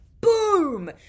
boom